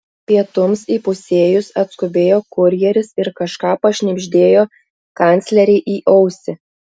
pietums įpusėjus atskubėjo kurjeris ir kažką pašnibždėjo kanclerei į ausį